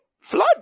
flood